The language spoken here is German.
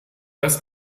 das